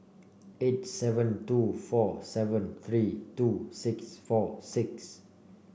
eight seven two four seven three two six four six